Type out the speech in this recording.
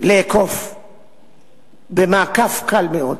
לעקוף במעקף קל מאוד,